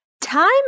Time